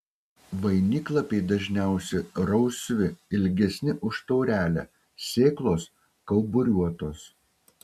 vainiklapiai dažniausiai rausvi ilgesni už taurelę sėklos kauburiuotos